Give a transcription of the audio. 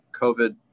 COVID